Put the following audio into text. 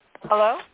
Hello